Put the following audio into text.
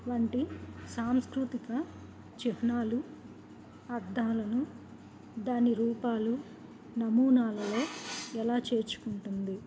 వంటి సాంస్కృతిక చిహ్నాలు అర్థాలను దాని రూపాలు నమూనాలలో ఎలా చేర్చుకుంటుంది